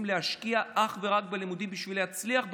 להשקיע אך ורק בלימודים בשביל להצליח בלימודים,